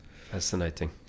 Fascinating